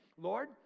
Lord